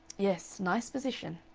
yes. nice position.